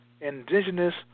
indigenous